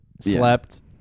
slept